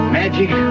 magic